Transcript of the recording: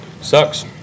Sucks